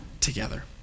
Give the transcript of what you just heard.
together